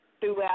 Throughout